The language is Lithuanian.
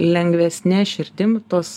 lengvesne širdim tos